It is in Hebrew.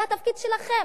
זה התפקיד שלכם,